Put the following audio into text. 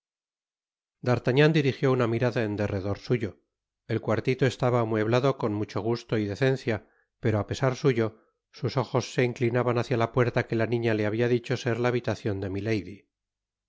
d'artagnan dirijió una mirada en derredor suyo el cuartito estaba amueblado con mucho gusto y decencia pero á pesar suyo sus ojos se inclinaban hácia la puerta que la niña le habia dicho ser la habitacion de milady